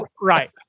right